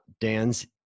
Dan's